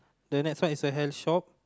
the next one is a hair shop